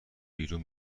بیرون